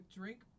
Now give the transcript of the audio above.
drink